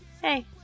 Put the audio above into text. Hey